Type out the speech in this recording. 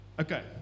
Okay